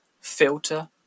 filter